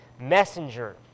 messenger